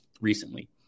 recently